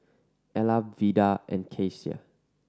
Ella Vida and Kecia